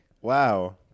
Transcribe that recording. wow